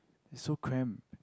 it's so cramped